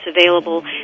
available